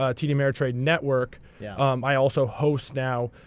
ah td ameritrade network, yeah um i also host now,